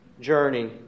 journey